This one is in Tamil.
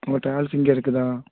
உங்கள் ட்ராவல்ஸ் இங்கே இருக்குதா